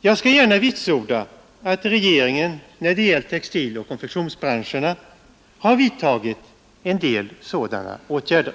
Jag skall gärna vitsorda att regeringen när det gällt textiloch konfektionsbranscherna har vidtagit en del sådana åtgärder.